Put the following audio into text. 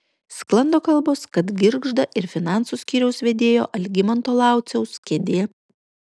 sklando kalbos kad girgžda ir finansų skyriaus vedėjo algimanto lauciaus kėdė